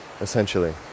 essentially